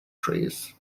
trees